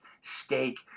steak